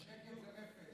שקט זה רפש.